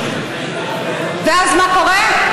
ואז, מה קורה?